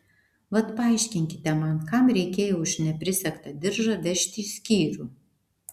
vat paaiškinkite man kam reikėjo už neprisegtą diržą vežti į skyrių